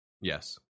Yes